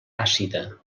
àcida